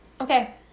Okay